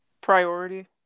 priority